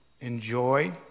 enjoy